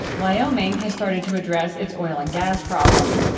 wyoming has started to address its oil and gas problem.